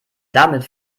damit